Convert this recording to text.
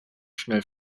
schnell